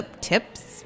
Tips